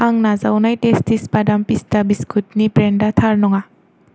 आं नाजावनाय टेस्टिस बादाम पिस्ता बिस्कुटनि ब्रेन्डा थार नङा